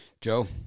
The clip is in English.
Joe